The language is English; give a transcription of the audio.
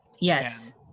Yes